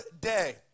day